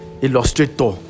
illustrator